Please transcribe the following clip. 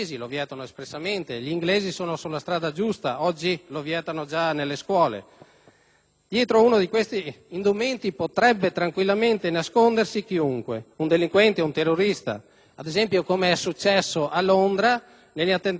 Dietro ad uno di questi indumenti potrebbe tranquillamente nascondersi chiunque, un delinquente o un terrorista, come è successo a Londra negli attentati del triste luglio 2005 che tutti quanti ricordiamo. Mi sento di